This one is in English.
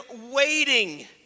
waiting